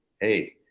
hey